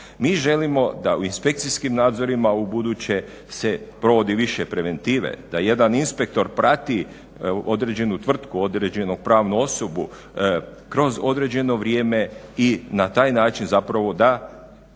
Mi želimo da u inspekcijskim nadzorima ubuduće se provodi više preventive, da jedan inspektor prati određenu tvrtku, određenu pravnu osobu kroz određeno vrijeme i na taj način zapravo da